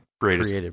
greatest